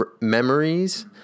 memories